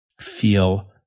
feel